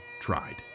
tried